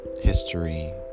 history